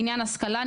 בעניין השכלה,